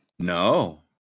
No